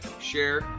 share